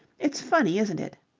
it's funny, isn't it?